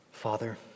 Father